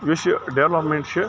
یُس یہِ ڈیٚولَپمیٚنٛٹ چھِ